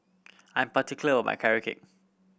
I am particular about Carrot Cake